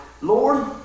Lord